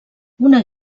una